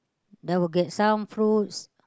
I will get some fruits